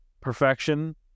Perfection